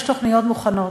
יש תוכניות מוכנות,